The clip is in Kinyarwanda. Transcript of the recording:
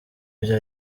ibyo